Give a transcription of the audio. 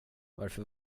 varför